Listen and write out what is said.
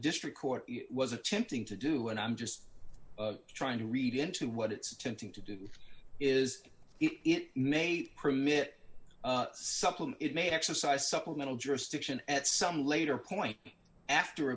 district court was attempting to do and i'm just trying to read into what it's attempting to do is it may prove it suppled it may exercise supplemental jurisdiction at some later point after